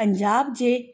Punjab जे